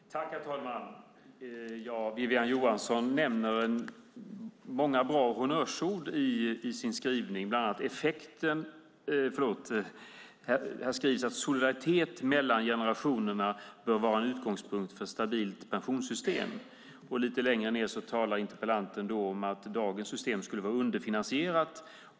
Herr talman! Wiwi-Anne Johansson nämner många bra honnörsord i sin interpellation. Här skrivs att solidaritet mellan generationerna bör vara en utgångspunkt för ett stabilt pensionssystem. Lite längre ned talar interpellanten om att dagens system skulle vara underfinansierat.